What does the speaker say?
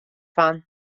fan